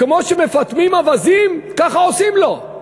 כמו שמפטמים אווזים, ככה עושים לו.